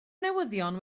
newyddion